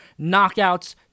Knockouts